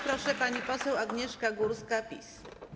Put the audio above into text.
Proszę, pani poseł Agnieszka Górska, PiS.